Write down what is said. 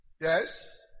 Yes